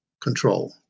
control